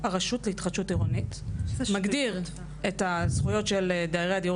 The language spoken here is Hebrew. הרשות להתחדשות עירונית מגדיר את הזכויות של דיירי הדיור